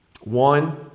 One